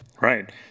Right